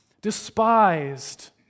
despised